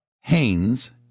Haynes